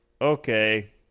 Okay